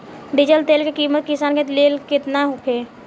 Diesel तेल के किमत किसान के लेल केतना होखे?